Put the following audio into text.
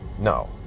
no